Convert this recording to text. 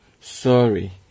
sorry